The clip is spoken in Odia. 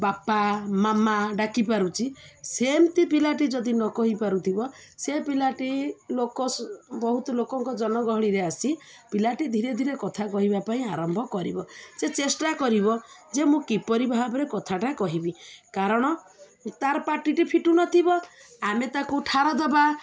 ବାପା ମାମା ଡାକି ପାରୁଛି ସେମିତି ପିଲାଟି ଯଦି ନ କହିପାରୁଥିବ ସେ ପିଲାଟି ଲୋକ ବହୁତ ଲୋକଙ୍କ ଜନଗହଳିରେ ଆସି ପିଲାଟି ଧୀରେ ଧୀରେ କଥା କହିବା ପାଇଁ ଆରମ୍ଭ କରିବ ସେ ଚେଷ୍ଟା କରିବ ଯେ ମୁଁ କିପରି ଭାବରେ କଥାଟା କହିବି କାରଣ ତା'ର ପାଟିଟି ଫିଟୁ ନଥିବ ଆମେ ତାକୁ ଠାର ଦବା